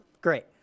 great